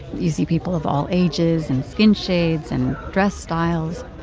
you see people of all ages and skin shades and dress styles.